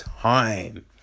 time